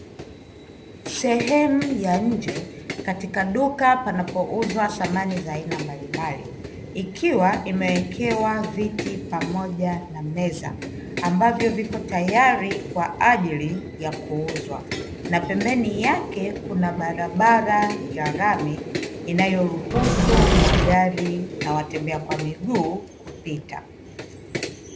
Sehemu ya nje katika duka panapouzwa samani za aina mbalimbali, ikiwa imewekewa viti pamoja na meza ambavyo vipo tayari kwa ajili ya kuuzwa na pembeni yake kuna barabara ya rami inayoruhusu magari na watembea kwa miguu kupita.